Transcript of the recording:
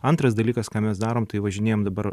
antras dalykas ką mes darom tai važinėjam dabar